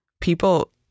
People